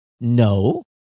No